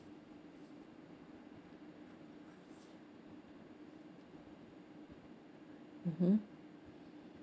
mmhmm